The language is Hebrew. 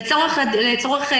לדוגמה,